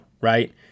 right